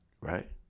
Right